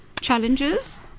challenges